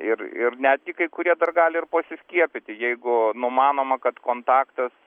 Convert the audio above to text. ir ir netgi kai kurie dar gali ir pasiskiepyti jeigu numanoma kad kontaktas